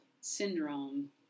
syndrome